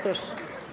Proszę.